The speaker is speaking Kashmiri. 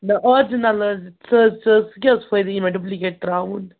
نہ آرجِنَل حظ ژٕ حظ ژٕ حظ سُہ کیٛاہ حظ فٲیدٕ یی ڈُپلِکیٹ ترٛاوُن